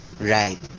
right